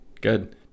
Good